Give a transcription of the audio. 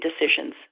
decisions